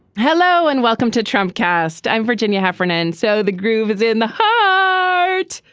hello and welcome to trump cast. i'm virginia heffernan. so the groove is in the ah heart.